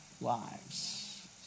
lives